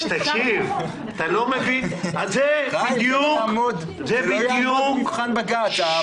זה לא יעמוד במבחן בג"ץ.